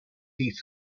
heath